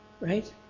right